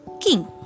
king